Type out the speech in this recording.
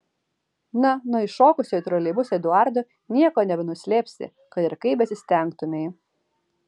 na nuo įšokusio į troleibusą eduardo nieko nebenuslėpsi kad ir kaip besistengtumei